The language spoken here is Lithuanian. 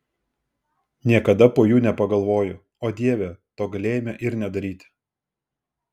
niekada po jų nepagalvoju o dieve to galėjome ir nedaryti